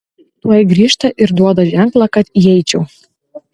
tuoj grįžta ir duoda ženklą kad įeičiau